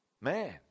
man